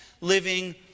living